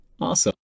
Awesome